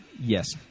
Yes